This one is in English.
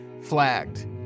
flagged